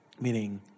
meaning